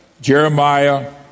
Jeremiah